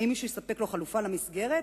האם מישהו יספק לו חלופה למסגרת,